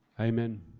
Amen